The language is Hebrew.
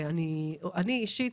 אני אישית,